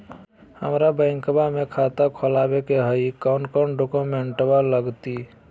हमरा बैंकवा मे खाता खोलाबे के हई कौन कौन डॉक्यूमेंटवा लगती?